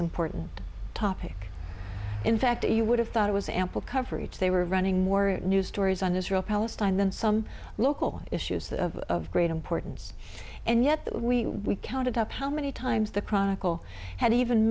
important topic in fact you would have thought it was ample coverage they were running more news stories on israel palestine than some local issues that of great importance and yet that we counted up how many times the chronicle had even